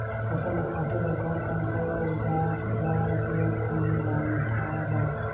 फसल ल काटे बर कौन कौन सा अउजार ल उपयोग में लानथा गा